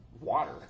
water